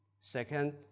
Second